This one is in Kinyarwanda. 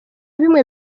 bimwe